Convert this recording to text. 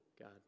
god